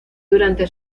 durante